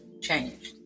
changed